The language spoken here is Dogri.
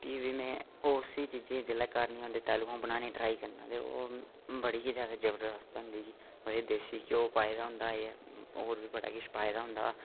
फ्ही बी में उसी चीजै गी जिसलै घर नीं होंदी पैह्ले में बनाने गी ट्राई करना ते ओह् बड़ी गै जैदा जबरदस्त होंदी ही उदे च देसी घ्यो पाएदा होंदा ऐ होर बी बड़ा किश पाए दा होंदा ऐ